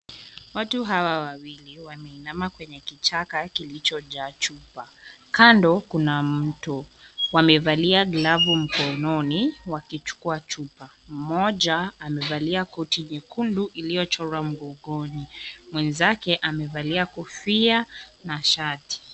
Watu hawa wameinama kwenye kichaka kilichojaa chupa. Kando kuna mto. Wamevalia glavu mkononi wakichukua chupa. Mmoja amevalia koti nyekundu iliyochorwa mgongoni. Mwenzake amevalia kofia na shati.